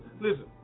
listen